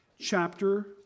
chapter